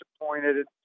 disappointed